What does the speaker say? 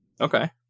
Okay